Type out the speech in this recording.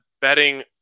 betting